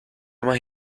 más